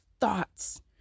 thoughts